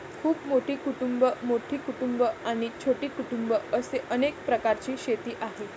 खूप मोठी कुटुंबं, मोठी कुटुंबं आणि छोटी कुटुंबं असे अनेक प्रकारची शेती आहे